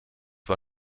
war